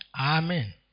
Amen